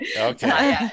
okay